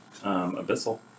Abyssal